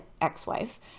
ex-wife